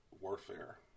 warfare